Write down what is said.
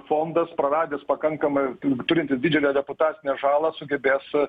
fondas praradęs pakankamai turintis didžiulę reputacinę žalą sugebės